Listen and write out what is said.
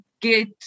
get